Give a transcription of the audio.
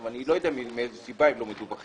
אני לא יודע מאיזו סיבה הם לא מדווחים.